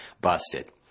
busted